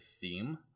theme